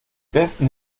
besten